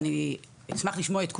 אני אשמח לשמוע את כולם,